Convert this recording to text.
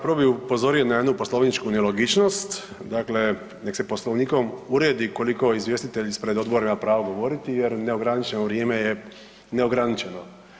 Prvo bih upozorio na jednu poslovničku nelogičnost, dakle nek se Poslovnikom uredi koliko izvjestitelj ispred odbora ima pravo govoriti jer neograničeno vrijeme je neograničeno.